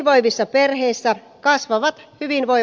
kaikissa perheissä kasvavat hyvin voi